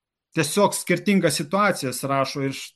tiesiog skirtingas situacijas rašo iš